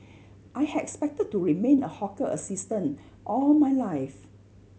I had expected to remain a hawker assistant all my life